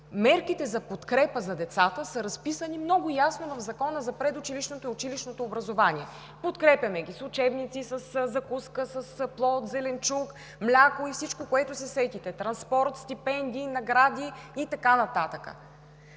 Мерките за подкрепа за децата са разписани много ясно в Закона за предучилищното и училищното образование. Подкрепяме ги с учебници, със закуска, с плод, зеленчук, мляко, транспорт, стипендии, награди – всичко,